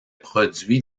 produit